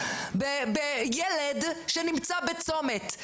אצל ילד שנמצא בצומת,